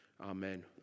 Amen